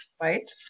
Right